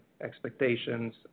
expectations